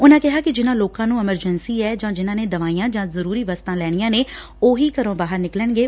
ਉਨਾ ਕਿਹਾ ਕਿ ਜਿਨਾ ਲੋਕਾਂ ਨੰ ਐਮਰਜੈਸੀ ਐ ਜਾ ਜਿਨਾਂ ਨੇ ਦਵਾਈਆਂ ਜਾ ਜ਼ਰਰੀ ਵਸਤਾ ਲੈਣੀਆਂ ਨੇ ਉਹੀ ਘਰੋ ਬਾਹਰ ਨਿਕਲਣਗੇ